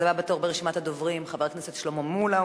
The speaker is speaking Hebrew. הבא בתור ברשימת הדוברים הוא חבר הכנסת שלמה מולה,